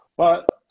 but